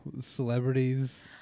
celebrities